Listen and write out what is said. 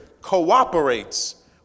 cooperates